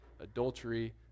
adultery